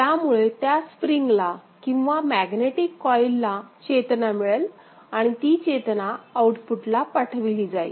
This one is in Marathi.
त्यामुळे त्या स्प्रिंगला किंवा मॅग्नेटिक कॉइलला चेतना मिळेल आणि ती चेतना आउटपुटला पाठविली जाईल